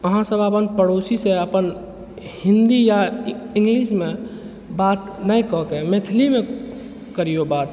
अहाँसब अपन पड़ोसीसँ अपन हिन्दी या इंग्लिशमे बात नहि कऽ कऽ मैथिलीमे करिऔ बात